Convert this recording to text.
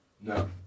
no